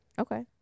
Okay